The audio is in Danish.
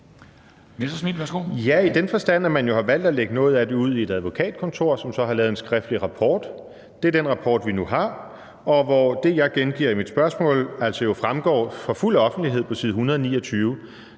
i den forstand, at man jo har valgt at lægge noget af det ud i et advokatkontor, som så har lavet en skriftlig rapport. Det er den rapport, vi nu har. Det, jeg gengiver i mit spørgsmål, fremgår jo altså i fuld offentlighed på side 129.